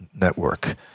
network